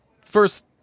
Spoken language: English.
first